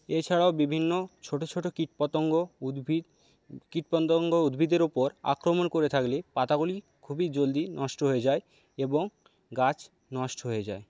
এছাড়াও বিভিন্ন ছোটো ছোটো কীটপতঙ্গ উদ্ভিদ কীটপতঙ্গ উদ্ভিদের ওপর আক্রমণ করে থাকলে পাতাগুলি খুবই জলদি নষ্ট হয়ে যায় এবং গাছ নষ্ট হয়ে যায়